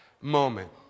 moment